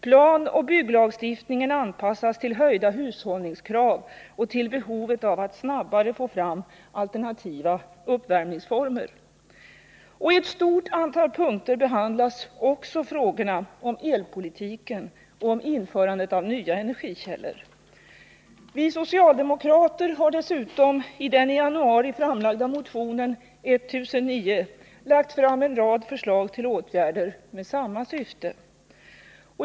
Planoch bygglagstiftningen anpassas till höjda hushållningskrav och till behovet av att snabbare få fram alternativa uppvärmningsformer.” I ett stort antal punkter behandlas också frågorna om elpolitiken och införandet av nya energikällor. Vi socialdemokrater har dessutom i den i januari framlagda motionen 1009 lagt fram en rad förslag till åtgärder med samma syfte.